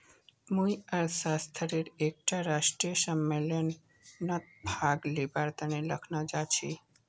मुई अर्थशास्त्रेर एकटा राष्ट्रीय सम्मेलनत भाग लिबार तने लखनऊ जाछी